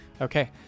Okay